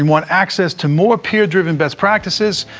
want access to more peer-driven best practices,